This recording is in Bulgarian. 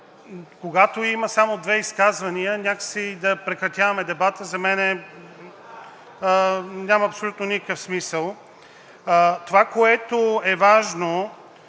когато има само две изказвания, някак си да прекратяваме дебата за мен няма абсолютно никакъв смисъл. Това, което е важно,